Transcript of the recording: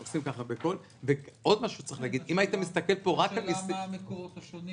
עוד משהו צריך להגיד -- השאלה מה המקורות השונים